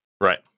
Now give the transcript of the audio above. right